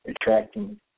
attracting